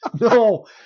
No